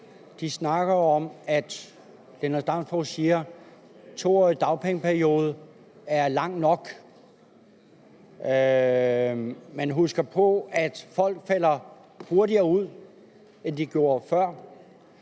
for hr. Lennart Damsbo-Andersen siger, at en 2-årig dagpengeperiode er lang nok. Man husker på, at folk falder hurtigere ud af systemet, end de gjorde før.